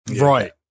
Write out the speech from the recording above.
Right